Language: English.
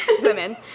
Women